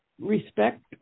respect